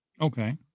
Okay